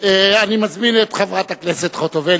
אני מזמין את חברת הכנסת חוטובלי.